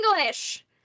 English